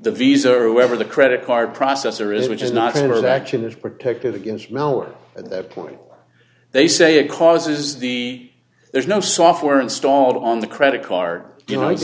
the visa or whoever the credit card processor is which is not or the action is protected against mellower at that point they say it causes the there's no software installed on the credit card you know i